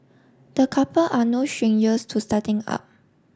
the couple are no strangers to starting up